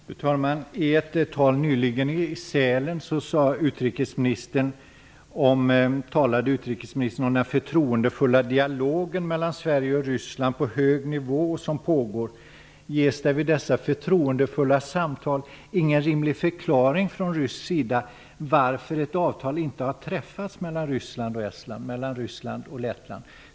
Fru talman! I ett tal nyligen i Sälen talade utrikesministern om den förtroendefulla dialogen som pågår mellan Sverige och Ryssland på hög nivå. Ges det vid dessa förtroendefulla samtal ingen rimlig förklaring från rysk sida till varför ett avtal inte har träffats mellan Ryssland och Estland och mellan Ryssland och Lettland?